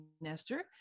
nester